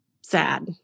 sad